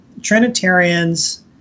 Trinitarians